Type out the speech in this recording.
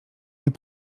nie